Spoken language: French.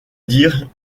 dire